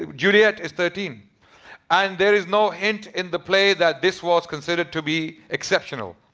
ah juliet is thirteen and there is no hint in the play that this was considered to be exceptional.